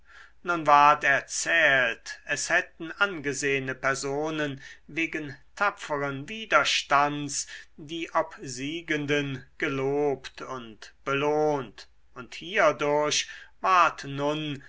nun ward erzählt es hätten angesehene personen wegen tapferen widerstands die obsiegenden gelobt und belohnt und hierdurch ward nun